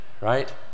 right